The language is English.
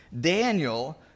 Daniel